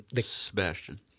Sebastian